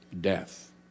death